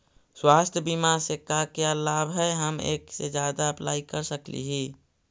स्वास्थ्य बीमा से का क्या लाभ है हम एक से जादा अप्लाई कर सकली ही?